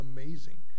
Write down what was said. Amazing